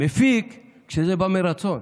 מפיק, כשזה בא מרצון.